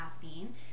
caffeine